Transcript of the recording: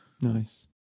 Nice